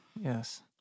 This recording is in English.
yes